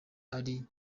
ari